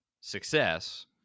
success